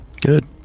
good